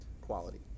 quality